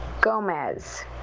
Gomez